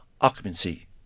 occupancy